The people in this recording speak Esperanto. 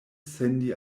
sendi